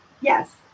yes